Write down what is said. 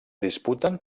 disputen